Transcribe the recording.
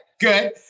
good